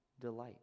delight